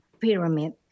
pyramid